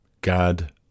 God